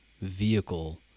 vehicle